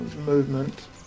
movement